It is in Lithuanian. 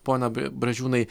pone bražiūnai